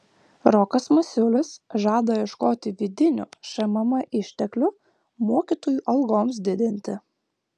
rokas masiulis žada ieškoti vidinių šmm išteklių mokytojų algoms didinti